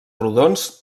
rodons